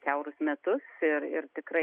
kiaurus metus ir ir tikrai